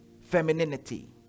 femininity